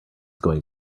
going